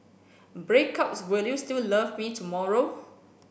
breakups will you still love me tomorrow